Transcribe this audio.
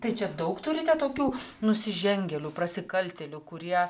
tai čia daug turite tokių nusižengėlių prasikaltėlių kurie